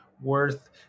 worth